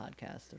podcast